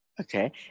Okay